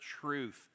truth